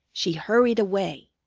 she hurried away.